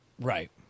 right